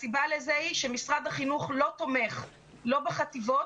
הסיבה לכך היא שמשרד החינוך לא תומך לא בחטיבות